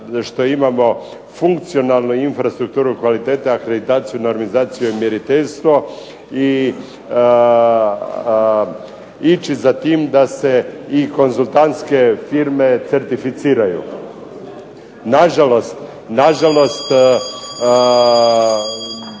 što imamo funkcionalnu infrastrukturu kvalitete, akreditaciju, normizaciju i mjeriteljstvo i ići za tim da se i konzultantske firme certificiraju. Na žalost,